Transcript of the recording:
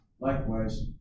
Likewise